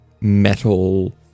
metal